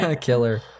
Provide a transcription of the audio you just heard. killer